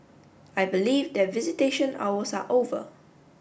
I believe that visitation hours are over